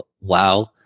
wow